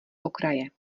okraje